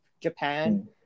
Japan